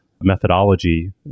methodology